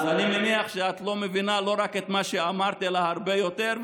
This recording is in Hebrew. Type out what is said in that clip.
אני מניח שאת לא מבינה לא רק את מה שאמרת אלא הרבה יותר,